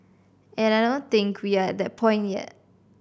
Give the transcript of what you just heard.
and I don't think we are at that point yet